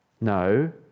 No